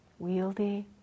wieldy